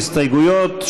יש הסתייגויות,